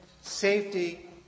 safety